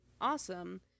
awesome